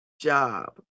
job